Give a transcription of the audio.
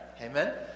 Amen